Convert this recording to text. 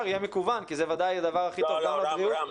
יהיה מקוון כי זה ודאי הדבר הכי טוב מבחינת הבריאות.